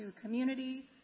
community